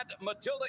matilda